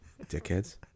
Dickheads